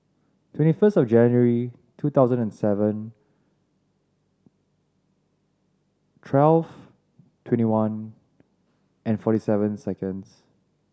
twenty first of January two thousand and seven twelve twenty one and forty seven seconds